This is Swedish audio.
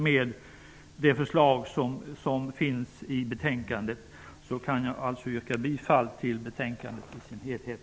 Med anledning av det förslag som är framlagt i betänkandet yrkar jag bifall till utskottets hemställan.